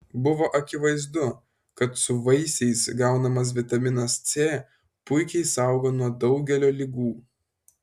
buvo akivaizdu kad su vaisiais gaunamas vitaminas c puikiai saugo nuo daugelio ligų